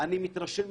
הסעיף אושר.